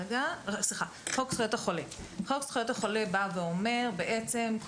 חוק זכויות החולה בא ואומר בעצם,